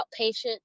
outpatient